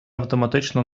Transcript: автоматично